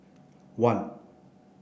one